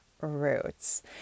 roots